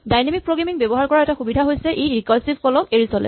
dynamic programming ব্যৱহাৰ কৰাৰ এটা সুবিধা হৈছে ই ৰিকাৰছিভ কল ক এৰি চলে